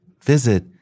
Visit